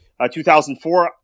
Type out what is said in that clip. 2004